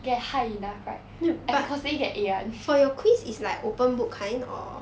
get high enough right I can constantly get A [one]